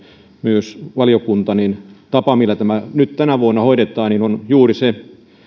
myös valiokunta tapa millä tämä nyt tänä vuonna hoidetaan on juuri se oikea